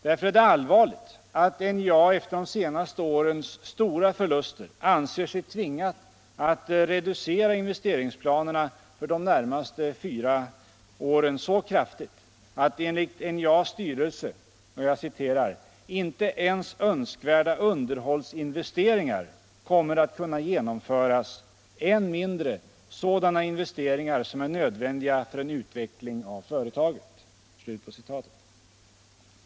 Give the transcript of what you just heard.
Därför är det allvarligt att NJA efter de senaste årens stora förluster anser sig tvingat att reducera investeringsplanerna för de närmaste fyra åren så kraftigt att enligt NJA:s styrelse ”inte ens önskvärda underhållsinvesteringar kommer att kunna genomföras, än mindre sådana investeringar som är nödvändiga för en utveckling av företaget”.